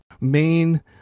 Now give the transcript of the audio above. main